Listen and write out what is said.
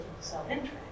self-interest